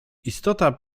istota